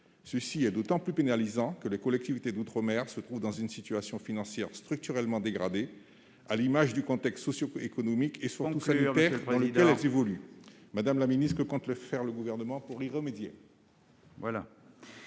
C'est d'autant plus pénalisant que les collectivités d'outre-mer se trouvent dans une situation financière structurellement dégradée, à l'image du contexte socio-économique et, surtout, sanitaire dans lequel elles évoluent. Veuillez conclure, mon cher collègue ! Que compte faire le Gouvernement pour y remédier ?